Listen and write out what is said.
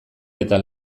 eta